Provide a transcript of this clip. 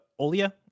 Olia